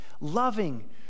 loving